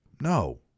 No